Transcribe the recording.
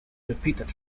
repeated